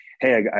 Hey